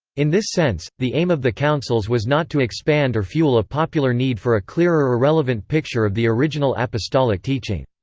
in this sense, the aim of the councils was not to expand or fuel a popular need for a clearer or relevant picture of the original apostolic teaching.